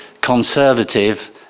conservative